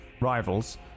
rivals